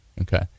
okay